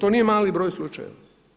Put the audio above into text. To nije mali broj slučajeva.